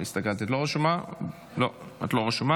אם כך,